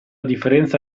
differenza